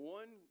one